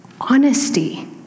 honesty